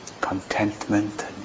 contentment